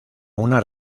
una